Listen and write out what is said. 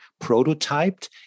prototyped